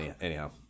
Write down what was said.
anyhow